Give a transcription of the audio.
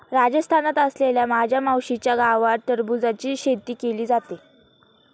राजस्थानात असलेल्या माझ्या मावशीच्या गावात टरबूजची शेती केली जाते